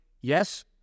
yes